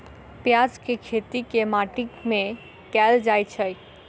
प्याज केँ खेती केँ माटि मे कैल जाएँ छैय?